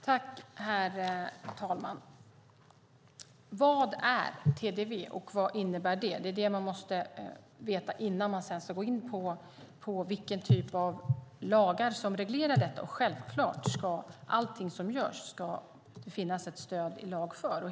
Herr talman! Vad är TDV och vad innebär det? Det är det man måste veta innan man ska gå in på vilken typ av lagar som ska reglera detta. Självklart ska det finnas ett stöd i lag för allting som görs.